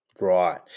Right